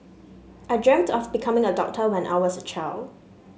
I dreamt of becoming a doctor when I was a child